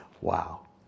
Wow